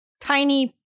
tiny